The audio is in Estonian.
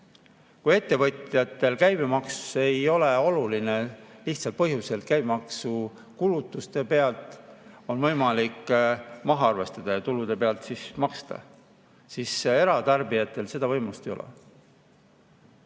Kui ettevõtjatele käibemaks ei ole oluline sel lihtsal põhjusel, et käibemaksu on kulutuste pealt võimalik maha arvestada ja tulude pealt maksta, siis eratarbijatel seda võimalust ei ole.